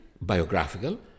biographical